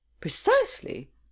Precisely